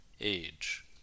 age